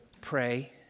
pray